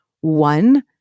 One